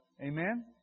Amen